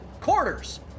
quarters